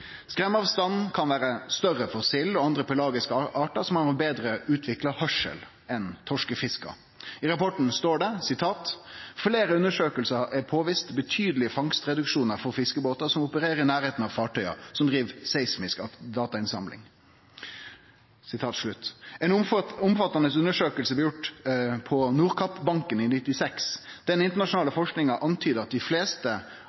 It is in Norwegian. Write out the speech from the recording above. Skremmeavstanden kan vere større for sild og andre pelagiske artar som har betre utvikla høyrsel enn torskefisk. I rapporten står det: «I flere undersøkelser er det påvist betydelige fangstreduksjoner for fiskebåter som opererer i nærheten av fartøyer som driver seismisk datainnsamling.» Ei omfattande undersøking blei gjord på Nordkappbanken i 1996. Den internasjonale forskinga antyda at dei fleste